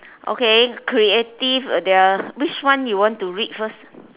okay creative the which one you want to read first